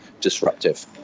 disruptive